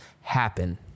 happen